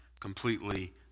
completely